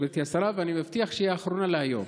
גברתי השרה, אני מבטיח שהיא אחרונה להיום.